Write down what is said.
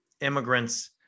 immigrants